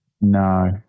No